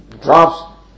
drops